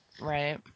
Right